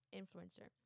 influencer